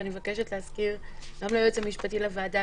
ואני מבקשת להזכיר גם ליועץ המשפטי לוועדה,